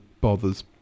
bothers